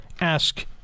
ask